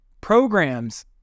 programs